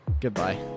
goodbye